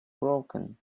broken